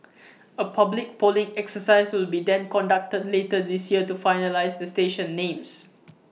A public polling exercise will be then conducted later this year to finalise the station names